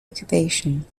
occupation